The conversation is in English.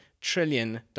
trillion